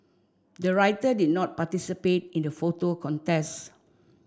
the writer did not participate in the photo contest